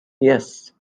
yes